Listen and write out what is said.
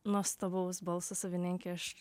nuostabaus balso savininkė aš